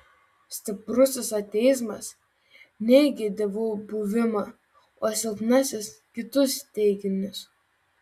stiprusis ateizmas neigia dievų buvimą o silpnasis kitus teiginius